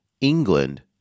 England